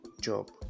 job